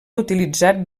utilitzat